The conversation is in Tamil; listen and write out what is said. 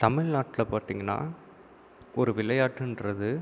தமிழ்நாட்டில் பார்த்திங்கன்னா ஒரு விளையாட்டுன்றது